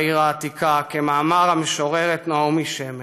בעיר העתיקה' כמאמר המשוררת נעמי שמר",